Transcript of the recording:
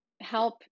help